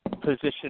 position